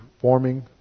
forming